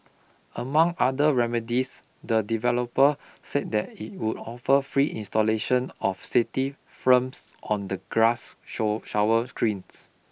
among other remedies the developer said that it would offer free installation of safety films on the glass show shower screens